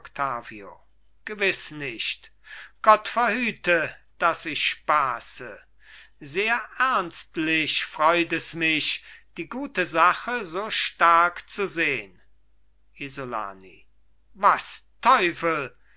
gewiß nicht gott verhüte daß ich spaße sehr ernstlich freut es mich die gute sache so stark zu sehn isolani was teufel